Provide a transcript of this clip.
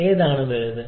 ഏതാണ് വലുത്